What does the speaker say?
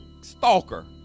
stalker